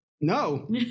No